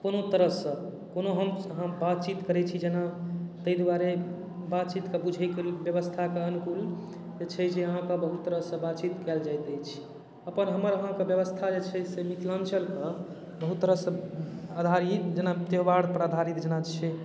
कोनो तरह सँ कोनो हम अहाँ बातचीत करै छी जेना ताहि दुआरे बातचीत के बुझै के व्यवस्था के अनुकूल छै जे अहाँ पर बहुत तरह सँ बातचीत कयल जाइत अछि अपन हमर अहाँके व्यवस्था जे छै से मिथिलाञ्चल मे बहुत तरह सँ आधारित जेना त्यौहार पर आधारित जेना छै